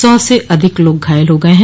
सौ से अधिक लोग घायल हो गए हैं